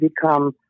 become